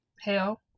Hell